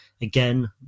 Again